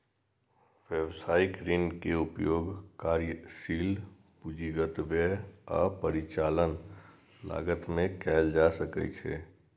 व्यवसायिक ऋण के उपयोग कार्यशील पूंजीगत व्यय आ परिचालन लागत मे कैल जा सकैछ